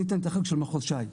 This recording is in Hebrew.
אני אתן את החלק של מחוז ש"י.